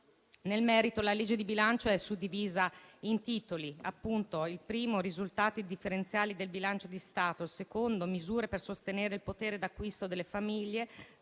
Nel merito, la legge di bilancio è suddivisa in titoli: risultati differenziali del bilancio di Stato; misure per sostenere il potere d'acquisto delle famiglie;